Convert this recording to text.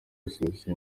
busuwisi